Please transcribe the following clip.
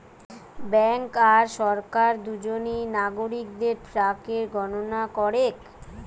bank আর সরকার দুজনেই নাগরিকদের ট্যাক্সের গণনা করেক